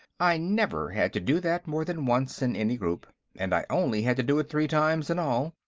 i never had to do that more than once in any group, and i only had to do it three times in all.